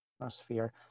atmosphere